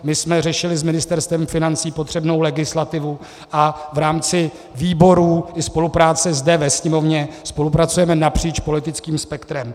My jsme řešili s Ministerstvem financí potřebnou legislativu a v rámci výborů i spolupráce zde ve Sněmovně spolupracujeme napříč politickým spektrem.